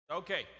Okay